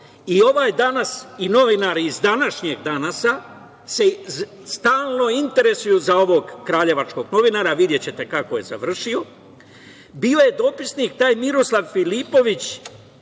i ovo je danas i novinar iz današnjeg „Danasa“ se stalno interesuju za ovog kraljevačkog novinara, a videćete kako je završio. Bio je dopisnik, taj Miroslav Filipović,